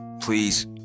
please